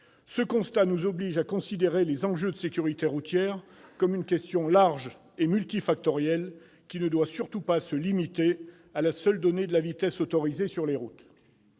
Ce constat nous oblige à considérer les enjeux de sécurité routière comme une question large et multifactorielle, qui ne doit surtout pas se limiter à la seule donnée de la vitesse autorisée sur les routes.